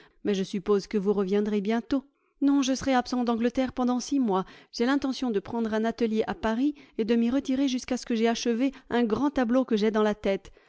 mais je suppose que vous reviendrez bientôt non je serai absent d'angleterre pendant six mois j'ai l'intention de prendre un atelier à paris et de m'y retirer jusqu'à ce que j'aie achevé un grand tableau que j'ai dans la tête